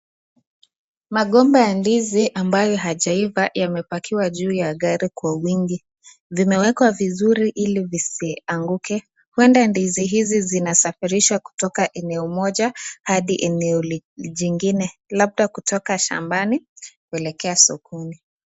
Magomba ya ndizi ambayo hayajaiva yamepakiwa juu ya gari kwa wingi. Vimewekwa vizuri ili visianguke. Huenda ndizi hizi zinasafirishwa kutoka eneo moja hadi eneo jingine. Labda kutoka shambani kuelekea sokoni.